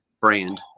Brand